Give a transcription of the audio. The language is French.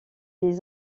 les